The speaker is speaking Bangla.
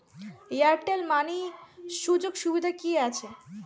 এয়ারটেল মানি সুযোগ সুবিধা কি আছে?